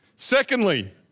Secondly